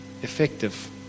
effective